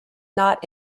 not